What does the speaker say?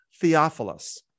Theophilus